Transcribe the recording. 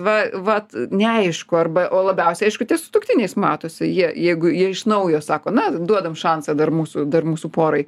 va vat neaišku arba o labiausiai aišku tie sutuoktiniais matosi jie jeigu jie iš naujo sako na duodam šansą dar mūsų dar mūsų porai